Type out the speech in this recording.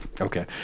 okay